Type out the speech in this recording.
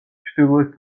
ჩრდილოეთ